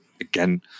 again